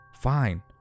Fine